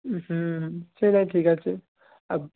হুম সেটা ঠিক আছে আর